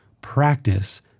practice